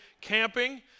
camping